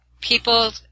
people